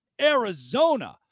Arizona